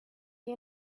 you